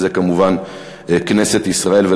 וזה כמובן כנסת ישראל.